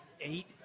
eight